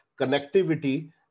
connectivity